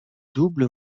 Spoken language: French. double